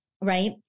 right